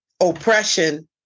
oppression